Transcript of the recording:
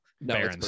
No